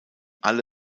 alle